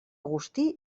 agustí